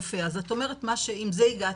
יפה, אז עם זה הגעתי.